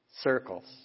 circles